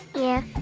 yeah